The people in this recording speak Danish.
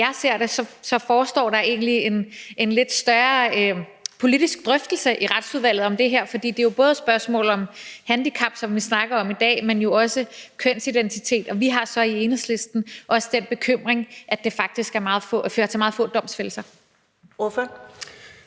Så som jeg ser det, forestår der egentlig en lidt større politisk drøftelse i Retsudvalget om det her. For det er jo både et spørgsmål om handicap, som vi snakker om i dag, men jo også kønsidentitet, og vi har så i Enhedslisten også den bekymring, at det faktisk fører til meget få domfældelser.